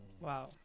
Wow